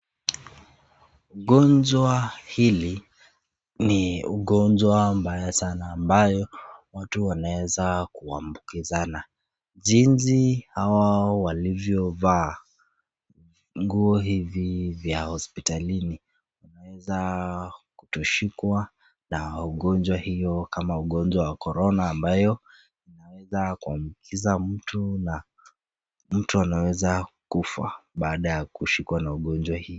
Ugonjwa hili ni ugonjwa mbaya sana ambayo watu wanaweza kuambukizana, Jinsi hawa walivyovaa nguo hivi vya hospitalini unaweza kutoshikwa na ugonjwa hiyo kama ugonjwa wa Corona ambayo, inaweza kuambukizwa mtu na mtu anaweza kufa baada ya kushikwa na ugonjwa hiyo.